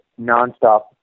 nonstop